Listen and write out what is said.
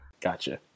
Gotcha